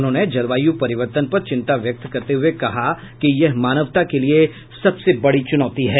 उन्होंने जलवायू परिवर्तन पर चिंता व्यक्त करते हुए कहा कि यह मानवता के लिए सबसे बड़ी चुनौती है